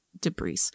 debris